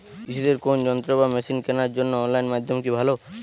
কৃষিদের কোন যন্ত্র বা মেশিন কেনার জন্য অনলাইন মাধ্যম কি ভালো?